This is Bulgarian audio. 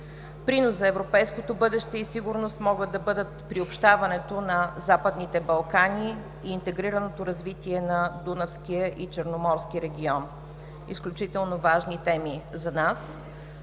Принос за европейското бъдеще и сигурност могат да бъдат приобщаването на Западните Балкани и интегрираното развитие на Дунавския и Черноморски региони. Изключително важни теми за нас,